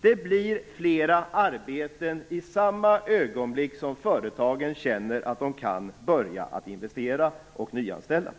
Det blir fler arbeten i samma ögonblick som företagarna känner att de kan börja investera och nyanställa.